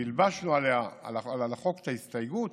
והלבשנו על החוק את ההסתייגות